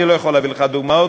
אני לא יכול להביא לך דוגמאות,